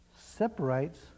separates